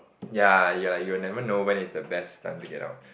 ya you'll like you'll never know when is the best time to get out